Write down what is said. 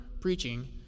preaching